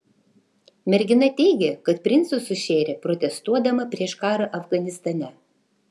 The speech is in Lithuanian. mergina teigė kad princui sušėrė protestuodama prieš karą afganistane